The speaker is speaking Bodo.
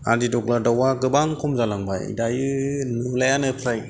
हादिदग्ला दाउआ गोबां खम जालांबाय दायो नुलायानो फ्राय